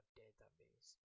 database